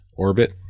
Orbit